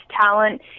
talent